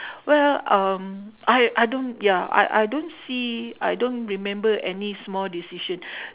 well um I I don't ya I I don't see I don't remember any small decision